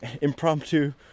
impromptu